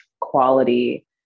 quality